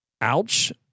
Ouch